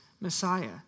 Messiah